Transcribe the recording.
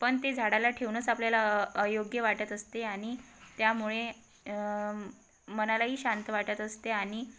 पण ते झाडाला ठेवूनच आपल्याला अयोग्य वाटत असते आणि त्यामुळे मनालाही शांत वाटत असते आणि